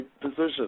position